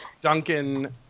Duncan